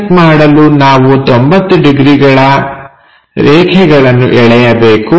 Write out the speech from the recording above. project ಮಾಡಲು ನಾವು 90ಡಿಗ್ರಿಗಳ ರೇಖೆಗಳನ್ನು ಎಳೆಯಬೇಕು